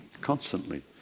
constantly